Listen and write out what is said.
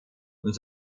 und